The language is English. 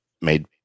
made